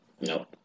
No